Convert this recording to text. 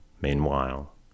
meanwhile